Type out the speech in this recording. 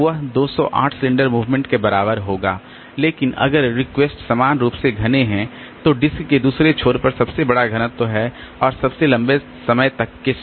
यह 208 cylinder movement के बराबर होगा लेकिन अगर रिक्वेस्ट समान रूप से घने हैं तो डिस्क के दूसरे छोर पर सबसे बड़ा घनत्व और सबसे लंबे समय तक के साथ